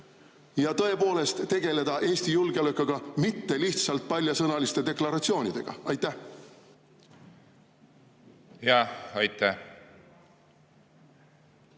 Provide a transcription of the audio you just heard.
ja tõepoolest tegeleda Eesti julgeolekuga, mitte lihtsalt paljasõnaliste deklaratsioonidega? Aitäh! No me